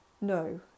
No